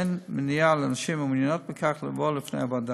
אין מניעה לנשים המעוניינות בכך לבוא בפני הוועדה.